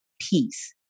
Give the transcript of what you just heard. peace